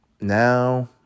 Now